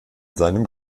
seinem